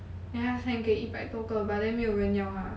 then 他 send 给一百多个 but then 没有人要他